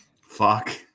Fuck